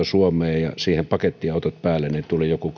suomeen ja siihen pakettiautot päälle niin tuli joku